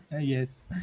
Yes